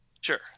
Sure